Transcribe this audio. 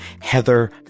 Heather